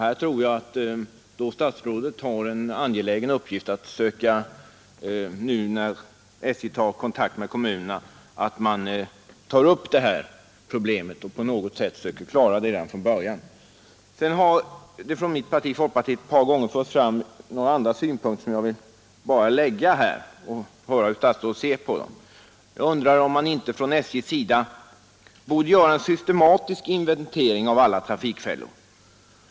Här tror jag att statsrådet har en angelägen uppgift att få SJ att söka klara det redan från början och ta kontakt med kommunerna. Från folkpartiets sida har ett par gånger förts fram några synpunkter och jag vill gärna höra hur statsrådet ser på dem. Jag undrar om inte SJ borde göra en systematisk inventering av alla trafikfällor.